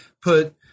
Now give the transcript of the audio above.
put